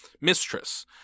mistress